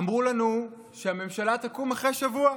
אמרו לנו שהממשלה תקום אחרי שבוע,